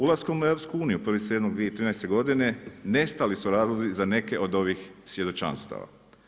Ulaskom u EU, 01. 07. 2013. godine, nestali su razlozi za neke od ovih svjedočanstava.